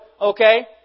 Okay